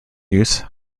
use